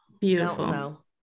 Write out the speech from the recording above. beautiful